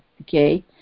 okay